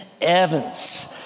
Evans